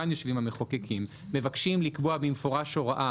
כאן יושבים המחוקקים מבקשים לקבוע במפורש הוראה